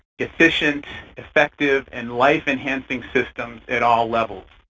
efficient, effective and life-enhancing systems at all levels.